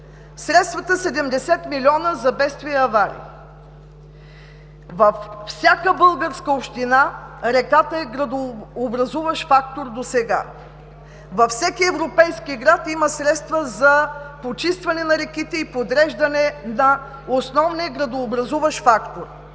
средствата 70 милиона за бедствия и аварии. Във всяка българска община реката е градообразуващ фактор досега. Във всеки европейски град има средства за почистване на реките и подреждане на основния градообразуващ фактор.